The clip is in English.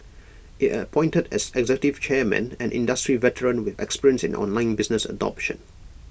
IT appointed as executive chairman an industry veteran with experience in online business adoption